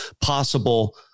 possible